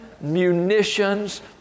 munitions